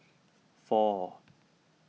four